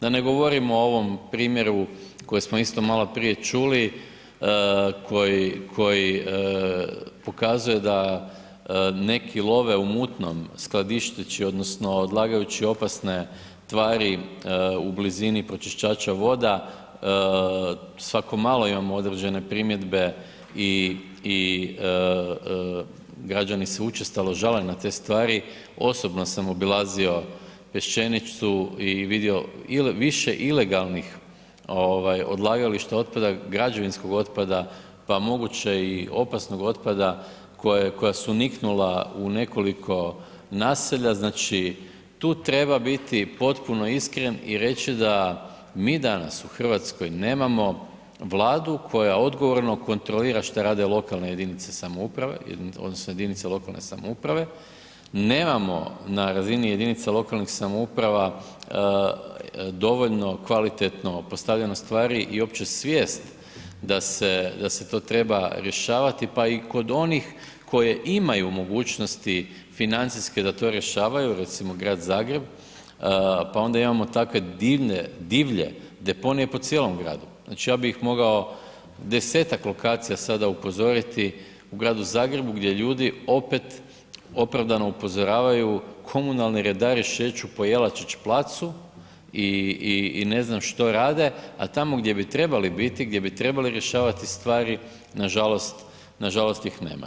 Da ne govorimo o ovom primjeru kojeg smo isto maloprije čuli, koji pokazuje da neki love u mutnom skladišteći odlagajući opasne tvari u blizini pročistača voda, svako malo imamo određene primjedbe i građani se učestalo žale na te stvari, osobno sam obilazio Peščenicu i vidio više ilegalnih odlagališta otpada, građevinskog otpada pa moguće i opasnog otpada koja su niknula u nekoliko naselja, znači tu treba biti potpuno iskren i reći da mi danas u Hrvatskoj nemamo Vladu koja odgovorno kontrolira šta rade lokalne jedinice samouprave odnosno jedinice lokalne samouprave, nemamo na razini jedinica lokalnih samouprava dovoljno kvalitetno postavljeno stvari i uopće svijest da se to treba rješavati pa i kod onih koje imaju mogućnosti financijske da to rješavaju, recimo grad Zagreb, pa onda imamo takve divlje deponije po cijelom gradu, znači ja bi ih mogao desetak lokacija sada upozoriti u gradu Zagrebu gdje ljudi opet opravdano upozoravaju, komunalne redari šeću po Jelačić placu i ne znam što rade a tamo gdje bi trebali biti, gdje bi trebali rješavati stvari, nažalost ih nema.